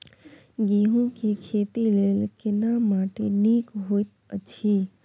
गेहूँ के खेती लेल केना माटी नीक होयत अछि?